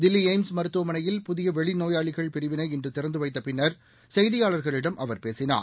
Delhi AIIMS மருத்துவமனையில் புதிய வெளி நோயாளிகள் பிரிவினை இன்று திறந்து வைத்த பின்னர் செய்தியாளர்களிடம் அவர் பேசினார்